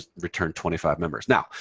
returned twenty five members. now,